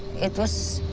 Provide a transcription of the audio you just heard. it was